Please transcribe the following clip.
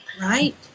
Right